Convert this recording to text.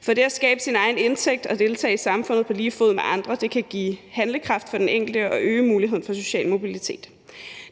for det at skabe sin egen indtægt og deltage i samfundet på lige fod med andre kan give handlekraft for den enkelte og øge muligheden for social mobilitet.